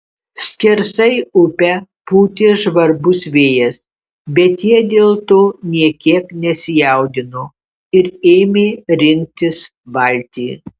skersai upę pūtė žvarbus vėjas bet jie dėl to nė kiek nesijaudino ir ėmė rinktis valtį